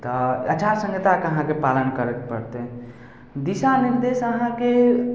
तऽ अचारसंहिताके अहाँके पालन करऽ पड़तै दिशानिर्देश अहाँके